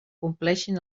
compleixin